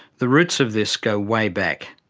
the roots of this go way back.